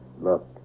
Look